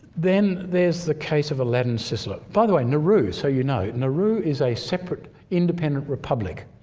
then there's the case of aladdin sisler. by the way nauru, so you know, nauru is a separate independent republic.